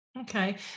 Okay